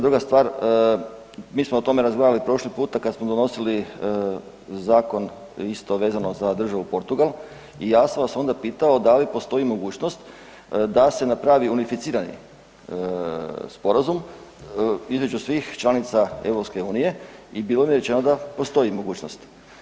Druga stvar, mi smo o tome razgovarali prošli puta kas smo donosili zakon isto vezano za državu Portugal i ja sam vas onda pitao da li postoji mogućnost da se napravi unificirani sporazum između svih članica EU i bilo mi je rečeno da postoji mogućnost.